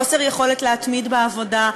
חוסר יכולת להתמיד בעבודה,